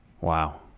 Wow